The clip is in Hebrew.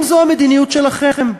האם זו המדיניות שלכם?